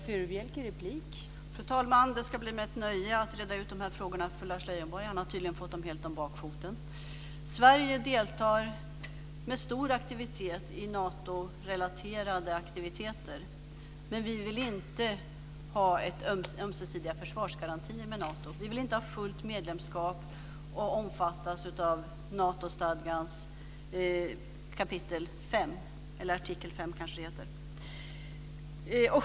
Fru talman! Det ska bli mig ett nöje att reda ut de här frågorna för Lars Leijonborg. Han har tydligen fått dem helt om bakfoten. Sverige deltar mycket aktivt i Natorelaterade aktiviteter. Men vi vill inte ha ömsesidiga försvarsgarantier med Nato. Vi vill inte ha fullt medlemskap och omfattas av Natostadgans kapitel 5, eller artikel 5 kanske det heter.